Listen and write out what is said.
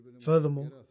Furthermore